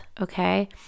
okay